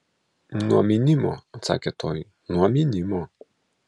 nuo mynimo atsakė toji nuo mynimo